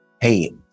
hey